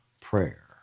prayer